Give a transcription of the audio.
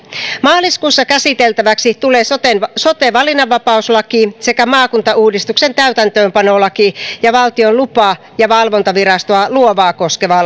maaliskuussa käsiteltäväksi tulee sote sote valinnanvapauslaki sekä maakuntauudistuksen täytäntöönpanolaki ja valtion lupa ja valvontavirastoa luovaa koskeva